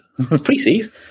preseason